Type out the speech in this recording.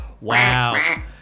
Wow